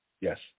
Yes